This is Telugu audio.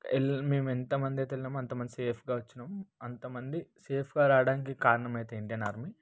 ఎల్ మేము ఎంతమంది అయితే వెళ్ళినామో అంత మంది సేఫ్గా వచ్చినాం అంత మంది సేఫ్గా రావడానికి కారణం అయితే ఇండియన్ ఆర్మీ